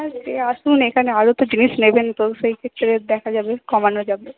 হ্যাঁ সে আসুন এখানে আরও তো জিনিস নেবেন তো সেক্ষেত্রে দেখা যাবে কমানো যাবে